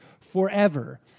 forever